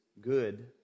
good